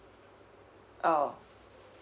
oh